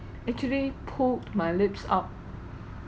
actually pulled my lips up